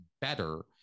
better